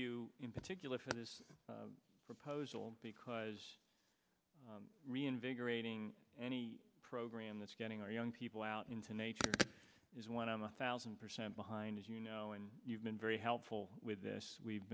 you in particular for this proposal because reinvigorating any program that's getting our young people out into nature is one on one thousand percent behind as you know and you've been very helpful with this we've